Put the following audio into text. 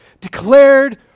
declared